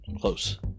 Close